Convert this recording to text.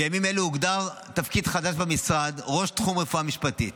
בימים אלה הוגדר תפקיד חדש במשרד: ראש תחום רפואה משפטית,